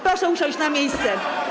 Proszę usiąść na miejsce.